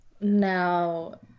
Now